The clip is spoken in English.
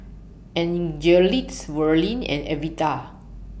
Angelic Verlin and Evita